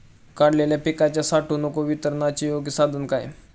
काढलेल्या पिकाच्या साठवणूक व वितरणाचे योग्य साधन काय?